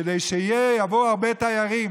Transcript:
כדי שיבואו הרבה תיירים,